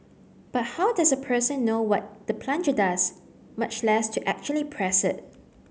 but how does a person know what the plunger does much less to actually press it